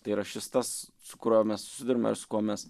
tai yra šis tas su kuriuo mes susiduriame ir su kuo mes